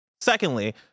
Secondly